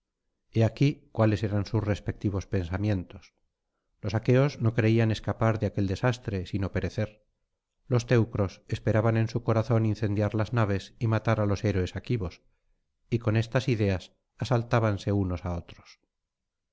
he aquí cuáles eran sus respectivos pensamientos los aqueos no creían escapar de aquel desastre sino perecer los teucros esperaban en su corazón incendiar las naves y matar á los héroes aquivos y con estas ideas asaltábanse unos á otros